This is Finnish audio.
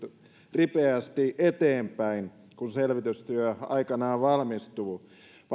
ripeästi eteenpäin kun selvitystyö aikanaan valmistuu